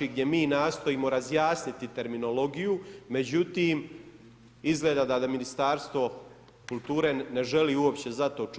gdje mi nastojimo razjasniti terminologiju, međutim izgleda da Ministarstvo kulture ne želi uopće za to čuti.